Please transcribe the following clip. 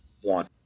one